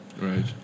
Right